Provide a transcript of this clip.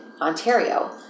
Ontario